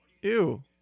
Ew